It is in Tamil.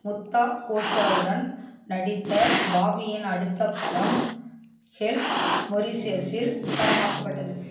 முத்தா கோட்சாவுடன் நடித்த பாபியின் அடுத்த படம் ஹெல்ப் மொரீஷியஸில் படமாக்கப்பட்டது